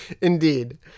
Indeed